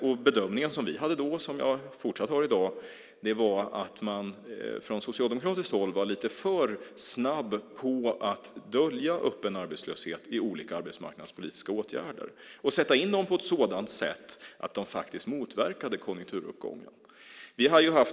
Den bedömning vi hade då och som jag fortfarande har var att man från socialdemokratiskt håll var lite för snabb att dölja öppen arbetslöshet med olika arbetsmarknadspolitiska åtgärder och sätta in dem på ett sådant sätt att de faktiskt motverkade konjunkturuppgången.